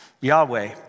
Yahweh